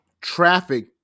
traffic